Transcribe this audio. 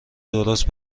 درست